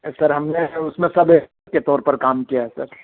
سر ہم نے اُس میں سب ایڈیٹر کے طور پر کام کیا ہے سر